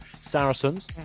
Saracens